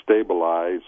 stabilize